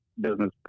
business